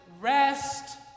Rest